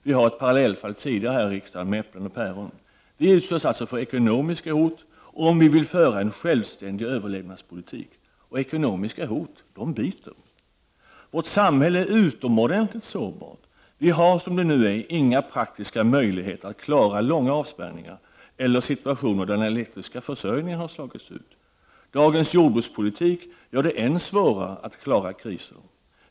Vi har tidigare här i riksdagen behandlat ett parallellfall, som gällde äpplen och päron. Vi utsätts alltså för ekonomiska hot om vi vill föra en självständig överlevnadspolitik. Ekonomiska hot biter. Vårt samhälle är utomordenligt sårbart. Vi har som det nu är inga praktiska möjligheter att klara långa tider av avspärrning eller situationer där den elektriska försörjningen har slagits ut. Dagens jordbrukspolitik gör det än svårare att klara kriser.